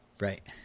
right